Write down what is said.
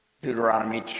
Deuteronomy